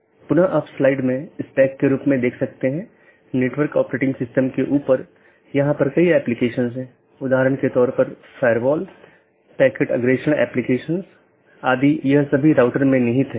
तो इसके लिए कुछ आंतरिक मार्ग प्रोटोकॉल होना चाहिए जो ऑटॉनमस सिस्टम के भीतर इस बात का ध्यान रखेगा और एक बाहरी प्रोटोकॉल होना चाहिए जो इन चीजों के पार जाता है